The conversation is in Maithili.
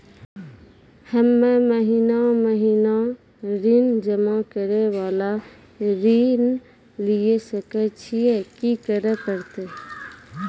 हम्मे महीना महीना ऋण जमा करे वाला ऋण लिये सकय छियै, की करे परतै?